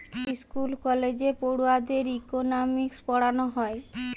school কলেজে পড়ুয়াদের economics পোড়ানা হয়